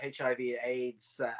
HIV-AIDS